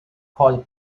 called